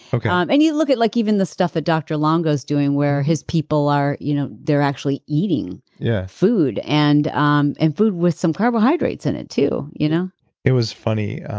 um and you look at like even the stuff that dr. longo's doing where his people are. you know they're actually eating yeah food and um and food with some carbohydrates in it too you know it was funny.